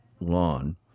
lawn